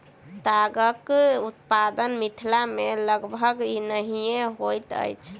तागक उत्पादन मिथिला मे लगभग नहिये होइत अछि